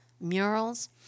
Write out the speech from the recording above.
murals